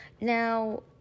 Now